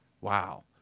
wow